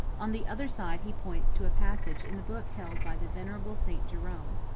on the other side he points to a passage in the book held by the venerable st. jerome.